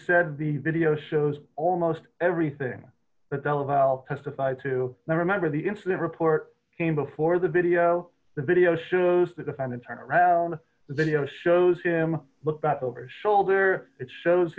said the video shows almost everything but delaval testified to remember the incident report came before the video the video shows the defendant turn around the video shows him look back over his shoulder it shows